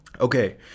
Okay